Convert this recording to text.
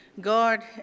God